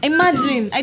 Imagine